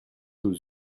aux